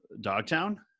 Dogtown